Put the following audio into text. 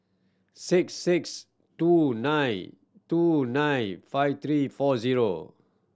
six six two nine two nine five three four zero